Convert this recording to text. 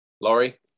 Laurie